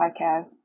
podcast